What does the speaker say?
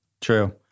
true